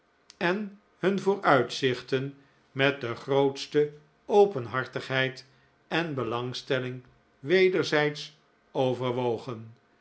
en hun vooruitzichten met de grootste openhartigheid en belangstelling wederzijds overwogen